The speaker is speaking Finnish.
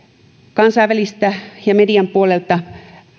kansainvälisesti ja median puolelta